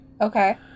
Okay